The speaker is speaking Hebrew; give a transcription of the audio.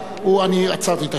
אני עצרתי את השעון,